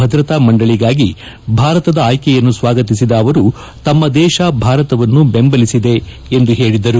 ಭದ್ರತಾಮಂಡಳಿಗಾಗಿ ಭಾರತದ ಆಯ್ಲೆಯನ್ನು ಸ್ನಾಗತಿಸಿದ ಅವರು ತಮ್ನ ದೇಶ ಭಾರತವನ್ನು ಬೆಂಬಲಿಸಿದೆ ಎಂದು ಹೇಳಿದರು